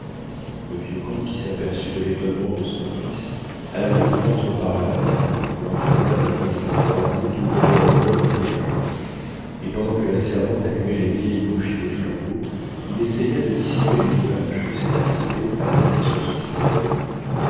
le vieux comte qui s'aperçut de l'étonnement de son fils alla le prendre par la main l'entraîna devant une croisée d'où venait encore un peu de jour et pendant que la servante allumait les vieilles bougies des flambeaux il essaya de dissiper les nuages que cet aspect amassait sur son front